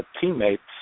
teammates